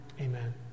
Amen